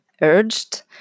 urged